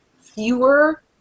fewer